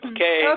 Okay